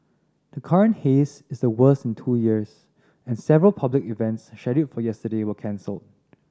the current haze is the worst in two years and several public events scheduled for yesterday were cancelled